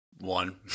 One